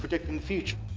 predicting the future.